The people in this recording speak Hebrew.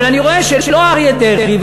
אבל אני רואה שלא אריה דרעי,